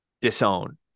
disown